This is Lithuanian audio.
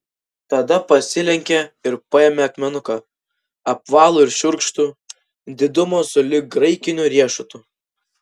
tada pasilenkė ir paėmė akmenuką apvalų ir šiurkštų didumo sulig graikiniu riešutu